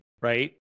right